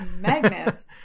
Magnus